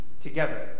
together